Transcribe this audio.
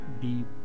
deep